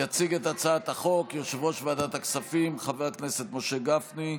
יציג את הצעת החוק יושב-ראש ועדת הכספים חבר הכנסת משה גפני,